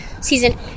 season